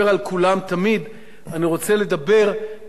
אני רוצה לדבר על התופעה כתופעה.